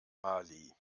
mali